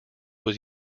was